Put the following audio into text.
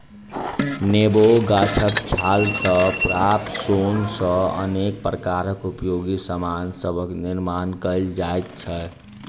नेबो गाछक छाल सॅ प्राप्त सोन सॅ अनेक प्रकारक उपयोगी सामान सभक निर्मान कयल जाइत छै